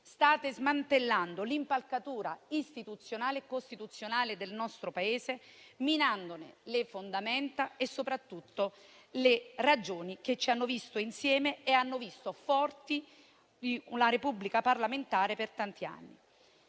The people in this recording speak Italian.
state smantellando l'impalcatura istituzionale e costituzionale del nostro Paese, minandone le fondamenta e soprattutto le ragioni che ci hanno visto insieme e ci hanno visto forti in una Repubblica parlamentare per tanti anni.